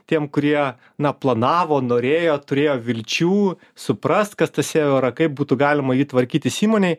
tiem kurie na planavo norėjo turėjo vilčių suprasti kas tas seo yra kaip būtų galima jį tvarkytis įmonėj